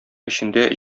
эчендә